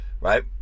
right